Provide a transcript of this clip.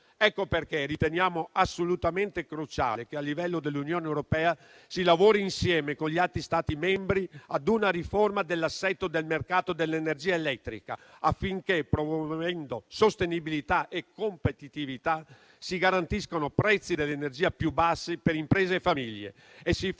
Ecco perché riteniamo assolutamente cruciale che a livello dell'Unione europea si lavori insieme con gli altri Stati membri ad una riforma dell'assetto del mercato dell'energia elettrica, affinché promuovendo sostenibilità e competitività si garantiscano prezzi dell'energia più bassi per imprese e famiglie e si favoriscano